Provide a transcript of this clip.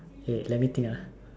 wait let me think ah